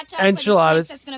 enchiladas